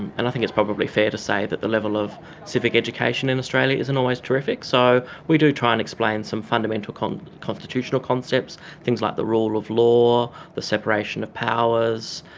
and i think it's probably fair to say that the level of civic education in australia isn't always terrific, so we do try and explain some fundamental um constitutional concepts, things like the rule of law, the separation of powers,